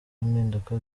impinduka